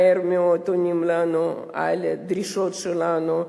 מהר מאוד עונים לנו על הדרישות שלנו,